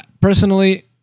Personally